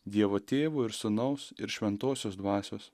dievo tėvo ir sūnaus ir šventosios dvasios